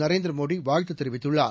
நரேந்திரமோடி வாழ்த்து தெரிவித்துள்ளார்